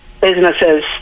businesses